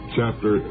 Chapter